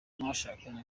mwashakanye